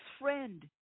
friend